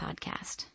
podcast